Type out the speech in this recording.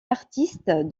artistes